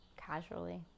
casually